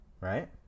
Right